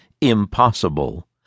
impossible